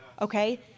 okay